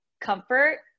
comfort